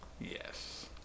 yes